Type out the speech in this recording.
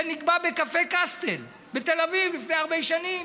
נקבע בקפה קסטל בתל אביב לפני הרבה שנים.